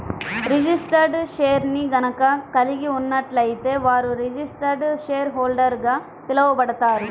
registered షేర్ని గనక కలిగి ఉన్నట్లయితే వారు రిజిస్టర్డ్ షేర్హోల్డర్గా పిలవబడతారు